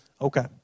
Okay